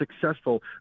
successful